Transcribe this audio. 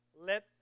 let